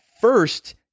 first